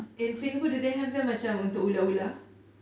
in singapore do they have them macam untuk ular-ular